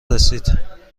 رسید